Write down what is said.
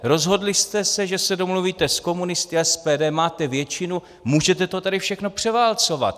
Rozhodli jste se, že se domluvíte s komunisty a SPD, máte většinu, můžete to tady všechno převálcovat.